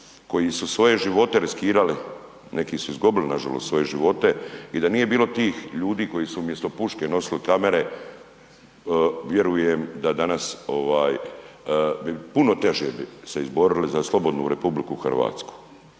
koji su svoje živote riskirali, neki su izgubili nažalost svoje živote i da nije bilo tih ljudi koji su umjesto puške nosili kamere, vjerujem da danas ovaj bi puno teže bi se izborili za slobodnu RH i to